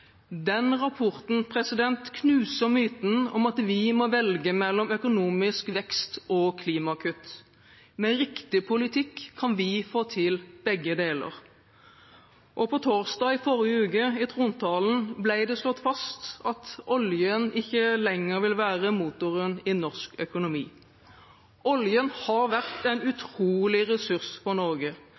Den rapporten knuser myten om at vi må velge mellom økonomisk vekst og klimakutt. Med riktig politikk kan vi få til begge deler. På torsdag i forrige uke, i trontalen, ble det slått fast at oljen ikke lenger vil være motoren i norsk økonomi. Oljen har vært en utrolig ressurs for Norge.